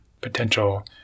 potential